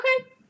Okay